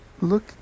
look